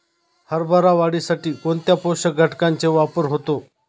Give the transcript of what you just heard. हरभरा वाढीसाठी कोणत्या पोषक घटकांचे वापर होतो?